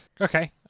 Okay